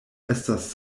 estas